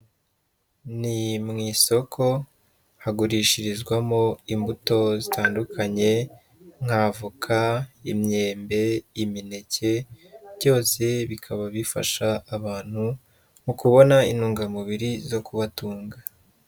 Ni mu isoko hagurishirizwamo imbuto zitandukanye nk'avoka, imyembe, imineke, byose bikaba bifasha abantu mu kubona intungamubiri zo kubatunga.